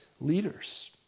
leaders